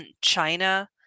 china